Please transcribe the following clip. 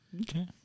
Okay